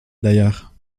d’ailleurs